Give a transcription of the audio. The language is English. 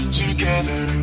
together